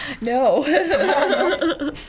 No